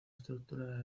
estructura